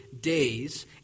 days